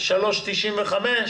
3.95?